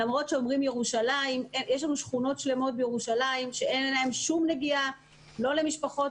יש לנו שכונות שלמות בירושלים שאין להן שום נגיעה למשפחות